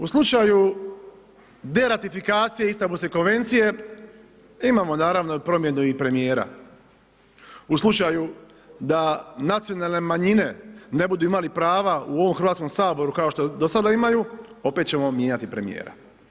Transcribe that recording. U slučaju deratifikacije Istanbulske konvencije imamo naravno promjenu i premijera u slučaju da nacionalne manjine ne budu imali prava u ovom Hrvatskom saboru kao što do sada imaju, opet ćemo mijenjati premijera.